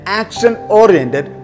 action-oriented